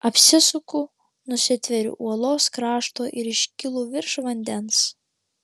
apsisuku nusitveriu uolos krašto ir iškylu virš vandens